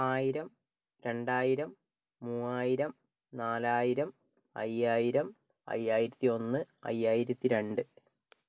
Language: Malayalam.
ആയിരം രണ്ടായിരം മൂവായിരം നാലായിരം അയ്യായിരം അയ്യായിരത്തി ഒന്ന് അയ്യായിരത്തി രണ്ട്